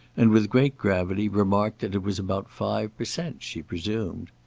and with great gravity remarked that it was about five per cent. she presumed.